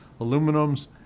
aluminums